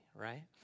right